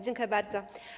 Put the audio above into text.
Dziękuję bardzo.